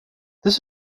this